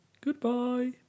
Goodbye